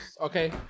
okay